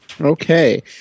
Okay